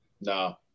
no